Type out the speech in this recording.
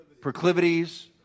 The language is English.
proclivities